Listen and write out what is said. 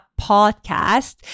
podcast